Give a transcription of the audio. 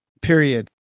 Period